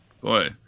Boy